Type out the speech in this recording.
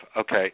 okay